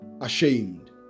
ashamed